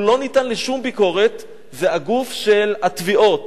הוא לא נתון לשום ביקורת, זה הגוף של התביעות,